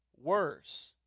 worse